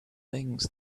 things